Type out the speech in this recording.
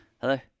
hello